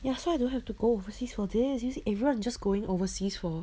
ya so I don't have to go overseas for this you see everyone is just going overseas for